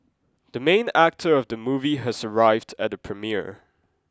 the main actor of the movie has arrived at the premiere